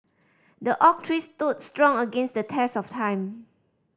the oak tree stood strong against the test of time